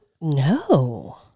No